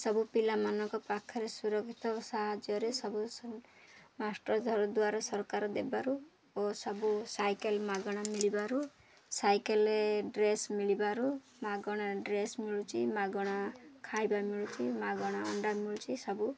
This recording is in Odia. ସବୁ ପିଲାମାନଙ୍କ ପାଖରେ ସୁରକ୍ଷିତ ସାହାଯ୍ୟରେ ସବୁ ମାଷ୍ଟର୍ ଘର ଦ୍ୱାର ସରକାର ଦେବାରୁ ଓ ସବୁ ସାଇକେଲ୍ ମାଗଣା ମିଳିବାରୁ ସାଇକେଲ୍ ଡ୍ରେସ୍ ମିଳିବାରୁ ମାଗଣା ଡ୍ରେସ୍ ମିଳୁଛି ମାଗଣା ଖାଇବା ମିଳୁଛି ମାଗଣା ଅଣ୍ଡା ମିଳୁଛି ସବୁ